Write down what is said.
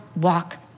walk